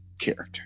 character